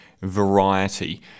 variety